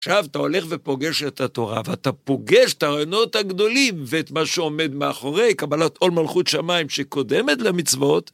עכשיו אתה הולך ופוגש את התורה ואתה פוגש את הרעיונות הגדולים ואת מה שעומד מאחורי, קבלת עולה מלכות שמיים שקודמת למצוות.